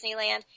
Disneyland